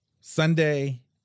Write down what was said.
sunday